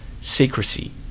secrecy